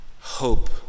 Hope